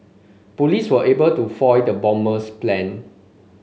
police were able to foil the bomber's plan